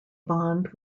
bond